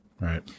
Right